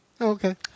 Okay